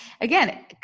again